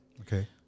Okay